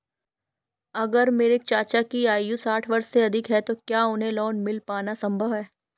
अगर मेरे चाचा की आयु साठ वर्ष से अधिक है तो क्या उन्हें लोन मिल पाना संभव है?